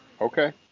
Okay